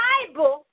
Bible